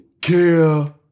care